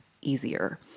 easier